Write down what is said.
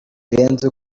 birenze